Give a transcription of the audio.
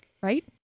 right